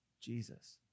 Jesus